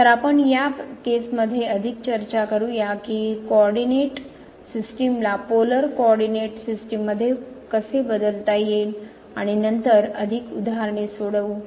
तर आपण या प्रकरणांवर अधिक चर्चा करूया की कोऑरडीनेट सिस्टीम ला पोलर कोऑरडीनेट सिस्टीम मध्ये कसे बदलता येईल आणि नंतर अधिक उदाहरणे सोडवू